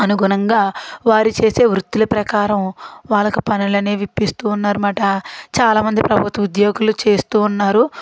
అనుగుణంగా వారి చేసే వృత్తుల ప్రకారం వాళ్ళకు పనులు అనేవి ఇప్పిస్తూ ఉన్నారన్నమాట చాలా మంది ప్రభుత్వ ఉద్యోగులు చేస్తూ ఉన్నారు